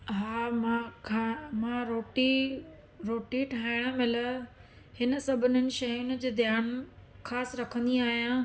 हा मां खा मां रोटी रोटी ठाइण महिल हिन सभिनिनि शयुनि ते ध्यानु ख़ासि रखंदी आहियां